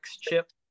chip